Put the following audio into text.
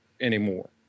anymore